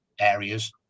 areas